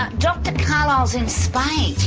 ah dr carlisle is in spain.